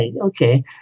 okay